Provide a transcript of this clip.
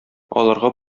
аларга